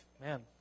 Man